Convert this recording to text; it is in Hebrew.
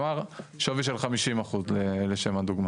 כלומר, שווי של 50 אחוז, לשם הדוגמא.